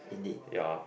ya